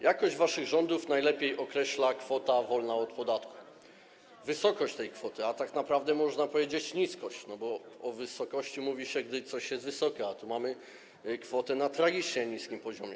Jakość waszych rządów najlepiej określa kwota wolna od podatku, wysokość tej kwoty, a tak naprawdę, można powiedzieć, niskość, bo o wysokości mówi się, gdy coś jest wysokie, a tu mamy kwotę na tragicznie niskim poziomie.